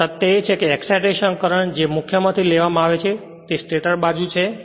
અને સત્ય એ છે કે એક્સાઈટેશન કરંટ જે મુખ્ય માથી લેવામાં આવે છે તે સ્ટેટર બાજુ છે